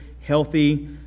healthy